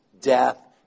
death